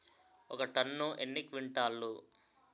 ఒక టన్ను ఎన్ని క్వింటాల్లు?